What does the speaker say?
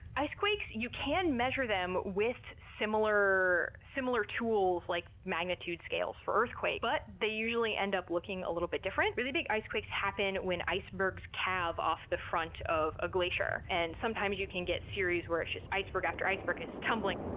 ice quakes, you can measure them with similar similar tools, like magnitude scales for earthquakes, but they usually end up looking a little bit different. really big ice quakes happen when icebergs calve off the front of a glacier, and sometimes you can get a series, where it's just iceberg after iceberg tumbling